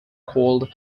called